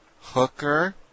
Hooker